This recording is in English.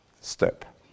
step